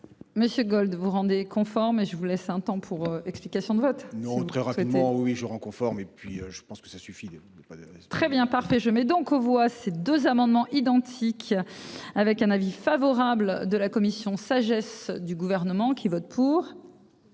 Monsieur Gold vous rendez conforme et je vous laisse un temps pour. Explications de vote. Non. Très rapidement oui je rends conforme et puis je pense que ça suffit de ne pas. Très bien, parfait, je mets donc aux voix ces deux amendements identiques. Avec un avis favorable de la commission sagesse du gouvernement qui votent pour.